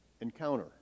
encounter